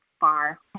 far